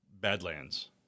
Badlands